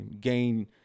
gain